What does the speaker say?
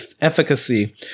efficacy